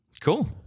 cool